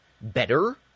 better